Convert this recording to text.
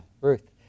Ruth